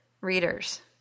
readers